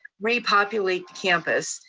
repopulate the campus,